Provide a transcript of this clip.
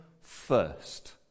first